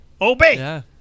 Obey